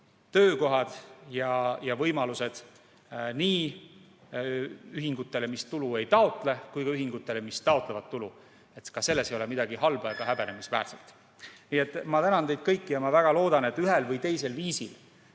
töökohad ja võimalused nii ühingutele, mis tulu ei taotle, kui ka ühingutele, mis taotlevad tulu. Ka selles ei ole midagi halba ega häbenemisväärset. Nii et ma tänan teid kõiki ja ma väga loodan, et ühel või teisel viisil